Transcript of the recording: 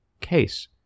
case